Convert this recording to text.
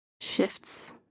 shifts